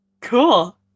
Cool